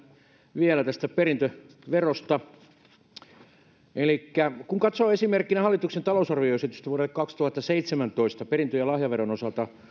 vielä tästä perintöverosta kun katsoo esimerkkinä hallituksen talousarvioesitystä vuodelle kaksituhattaseitsemäntoista perintö ja lahjaveron osalta